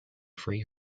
free